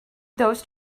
those